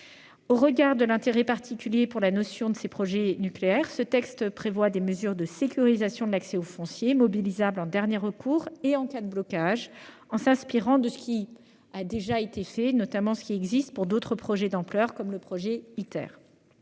Au regard de l'intérêt particulier pour la Nation de ces projets nucléaires, ce texte prévoit des mesures de sécurisation de l'accès au foncier, mobilisables en dernier recours et en cas de blocage, en s'inspirant de ce qui existe déjà pour d'autres projets d'ampleurs, comme le projet Iter